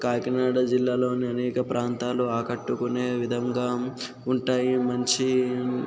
కాకినాడ జిల్లాలో అనేక ప్రాంతాలు ఆకట్టుకునే విధంగా ఉంటాయి మంచి